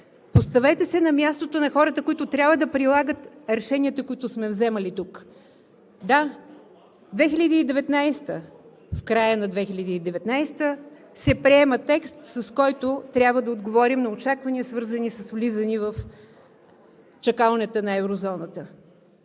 Поставете се на мястото на хората, които трябва да прилагат решенията, които сме взимали тук. Да, през 2019 г. – в края на 2019 г., се приема текст, с който трябва да отговорим на очаквания, свързани с влизане в чакалнята на еврозоната.